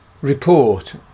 report